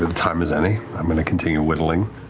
and time as any. i'm going to continue whittling.